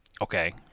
Okay